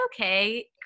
okay